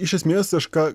iš esmės aš ką